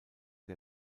der